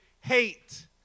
hate